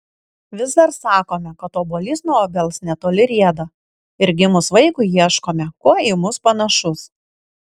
vis dar sakome kad obuolys nuo obels netoli rieda ir gimus vaikui ieškome kuo į mus panašus